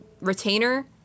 retainer